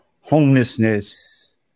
homelessness